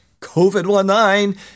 COVID-19